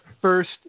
first